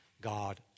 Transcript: God